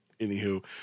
anywho